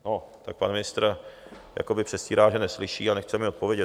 No tak pan ministr jakoby předstírá, že neslyší, a nechce mi odpovědět.